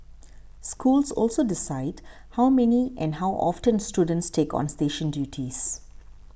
schools also decide how many and how often students take on station duties